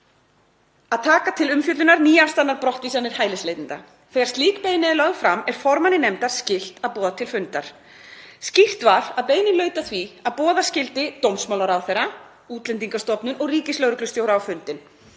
að taka til umfjöllunar nýafstaðnar brottvísanir hælisleitenda. Þegar slík beiðni er lögð fram er formanni nefndar skylt að boða til fundar. Skýrt var að beiðni laut að því að boða skyldi dómsmálaráðherra, Útlendingastofnun og ríkislögreglustjóra á fundinn